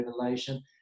revelation